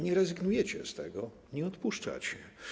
Nie rezygnujecie z tego, nie odpuszczacie.